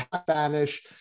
Spanish